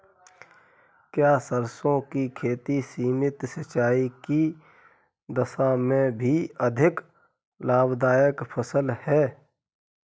क्या सरसों की खेती सीमित सिंचाई की दशा में भी अधिक लाभदायक फसल है?